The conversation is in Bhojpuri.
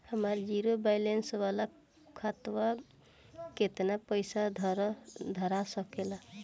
हमार जीरो बलैंस वाला खतवा म केतना पईसा धरा सकेला?